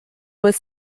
was